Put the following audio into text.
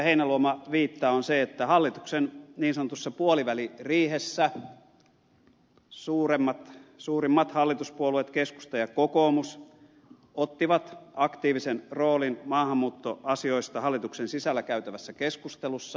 heinäluoma viittaa on se että hallituksen niin sanotussa puoliväliriihessä suurimmat hallituspuolueet keskusta ja kokoomus ottivat aktiivisen roolin maahanmuuttoasioista hallituksen sisällä käytävässä keskustelussa